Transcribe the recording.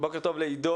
בוקר טוב לעידו,